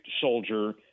soldier